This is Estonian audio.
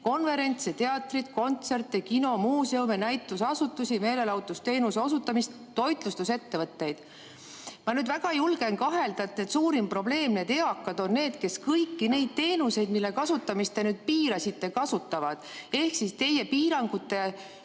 konverentse, teatreid, kontserte, kinosid, muuseume, näituseasutusi, meelelahutusteenuse osutamist, toitlustusettevõtteid. Ma julgen väga kahelda, et suurim probleem on selles, et eakad on need, kes kõiki neid teenuseid, mille kasutamist te nüüd piirasite, kasutavad. Ehk teie piirangute